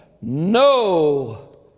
no